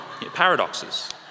paradoxes